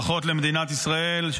ברכות למדינת ישראל,